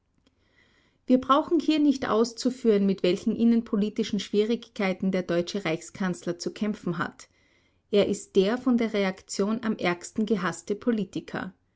wir brauchen hier nicht auszuführen mit welchen innerpolitischen schwierigkeiten der deutsche reichskanzler zu kämpfen hat er ist der von der reaktion am ärgsten gehaßte politiker